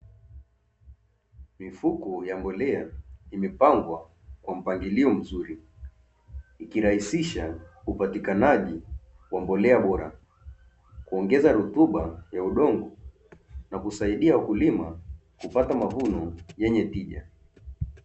Mifuko ya mbolea imepangwa kwa mpangilio mzuri, ikirahisisha upatikanaji wa mbolea bora ilikuongeza rutuba ya udongo na kusaidia wakulima kupata mavuno yenye tija.